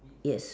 yes